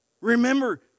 Remember